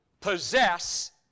possess